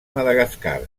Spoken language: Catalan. madagascar